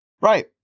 Right